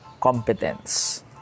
competence